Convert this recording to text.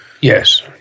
Yes